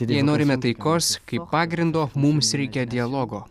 jei norime taikos kaip pagrindo mums reikia dialogo